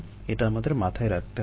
এটা আমাদের মাথায় রাখতে হবে